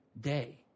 day